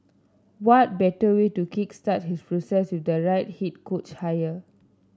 what better way to kick start his process with the right head coach hire